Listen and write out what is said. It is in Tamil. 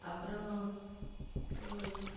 அப்புறோம்